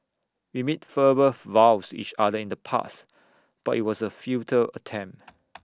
we made verbal vows each other in the past but IT was A futile attempt